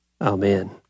Amen